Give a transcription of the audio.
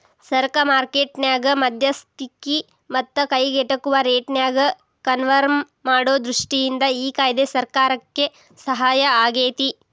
ಸರಕ ಮಾರ್ಕೆಟ್ ನ್ಯಾಗ ಮಧ್ಯಸ್ತಿಕಿ ಮತ್ತ ಕೈಗೆಟುಕುವ ರೇಟ್ನ್ಯಾಗ ಕನ್ಪರ್ಮ್ ಮಾಡೊ ದೃಷ್ಟಿಯಿಂದ ಈ ಕಾಯ್ದೆ ಸರ್ಕಾರಕ್ಕೆ ಸಹಾಯಾಗೇತಿ